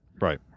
Right